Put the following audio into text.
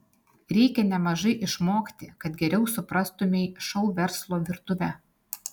reikia nemažai išmokti kad geriau suprastumei šou verslo virtuvę